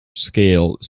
scale